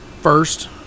first